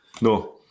no